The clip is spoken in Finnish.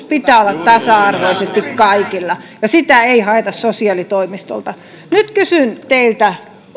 pitää olla tasa arvoisesti kaikilla ja sitä apua ei haeta sosiaalitoimistolta nyt kysyn teiltä